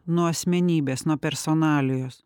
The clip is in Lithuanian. nuo asmenybės nuo personalijos